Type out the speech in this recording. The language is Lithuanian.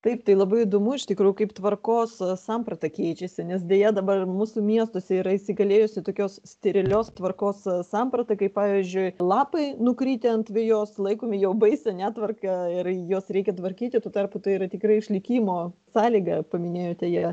taip tai labai įdomu iš tikrųjų kaip tvarkos samprata keičiasi nes deja dabar mūsų miestuose yra įsigalėjusi tokios sterilios tvarkos samprata kaip pavyzdžiui lapai nukritę ant vejos laikomi jau baisia netvarka ir juos reikia tvarkyti tuo tarpu tai yra tikra išlikimo sąlyga paminėjote jie